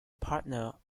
partner